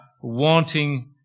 wanting